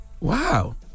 Wow